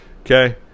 Okay